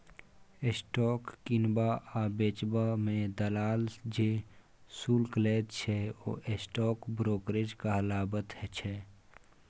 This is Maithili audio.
स्टॉक किनबा आ बेचबा मे दलाल जे शुल्क लैत छै ओ स्टॉक ब्रोकरेज कहाबैत छै